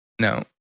no